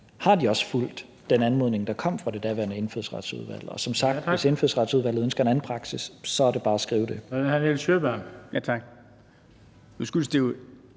har de også fulgt den anmodning, der kom fra det daværende Indfødsretsudvalg, og hvis Indfødsretsudvalget som sagt ønsker en anden praksis, er det bare at skrive det.